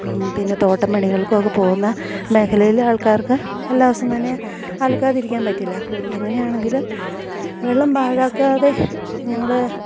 പിന്നെ തോട്ടം പണികൾക്കുവൊക്കെ പോകുന്ന മേഖലയിലെ ആൾക്കാർക്ക് എല്ലാ ദിവസവും തന്നെ അലക്കാതിരിക്കാൻ പറ്റില്ല എങ്ങനെയാണെങ്കിലും വെള്ളം പാഴാക്കാതെ ഞങ്ങള്